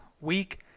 week